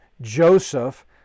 joseph